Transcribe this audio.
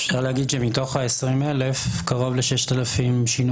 אפשר להגיד שמתוך ה-20,000 קרוב ל-6,000 שינו